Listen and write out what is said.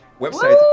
website